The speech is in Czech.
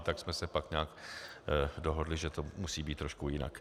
Tak jsme se pak nějak dohodli, že to musí být trošku jinak.